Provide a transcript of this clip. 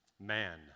Man